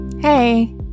Hey